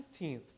19th